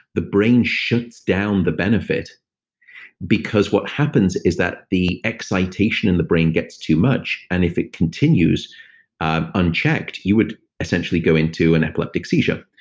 the brain shuts down the benefit because what happens is that the excitation in the brain gets too much, and if it continues unchecked, you would essentially go into an epileptic seizure.